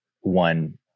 one